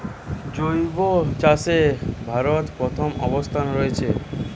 জৈব চাষে ভারত প্রথম অবস্থানে রয়েছে